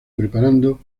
preparando